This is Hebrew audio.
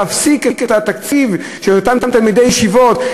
להפסיק את התקציב של אותם תלמידי ישיבות.